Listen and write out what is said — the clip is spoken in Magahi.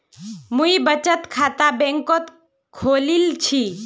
मुई बचत खाता बैंक़त खोलील छि